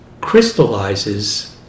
crystallizes